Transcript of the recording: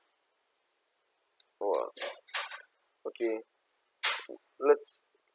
!wah! okay let's